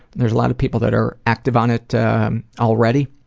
there's a lot of people that are active on it already.